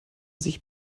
sich